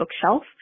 bookshelf